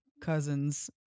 cousins